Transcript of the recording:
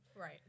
Right